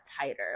tighter